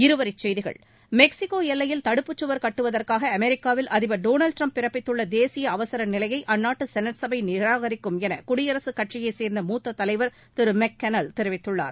இருவரி செய்திகள் மெக்சிகோ எல்லையில் தடுப்புச் சுவர் கட்டுவதற்காக அமெரிக்காவில் அதிபர் டொனால்ட் ட்ரம்ப் பிறப்பித்துள்ள தேசிய அவசர நிலையை அந்நாட்டு செனட் சபை நிராகிக்கும் என குடியரசு கட்சியைச் சோ்ந்த மூத்த தலைவர் திரு மெக் கனல் தெரிவித்துள்ளார்